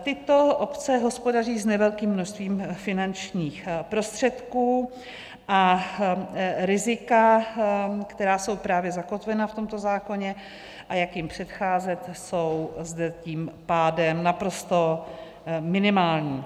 Tyto obce hospodaří s nevelkým množstvím finančních prostředků a rizika, která jsou právě zakotvena v tomto zákoně, a jak jim předcházet, jsou zde tím pádem naprosto minimální.